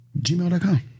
gmail.com